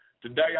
Today